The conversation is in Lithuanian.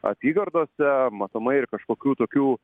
apygardose matomai ir kažkokių tokių